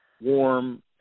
warm